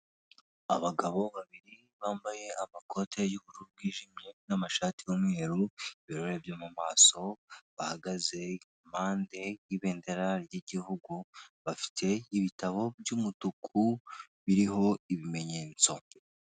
Abagabo babiri bambaye amakote y'ubururu bwijimye n'amashati y'umweru ibirahure byo mu maso, bahagaze impande y'ibendera ry'igihugu bafite ibitabo by'umutuku biriho ibimenyetso.